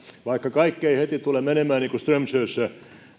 vaikka kaikki ei heti tule menemään niin kuin strömsössä